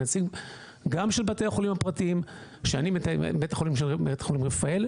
אני נציג של בתי החולים הפרטיים שאני מבית החולים רפאל,